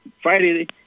Friday